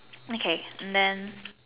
okay and then